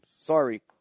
Sorry